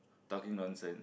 talking nonsense